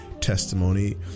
testimony